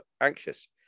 anxious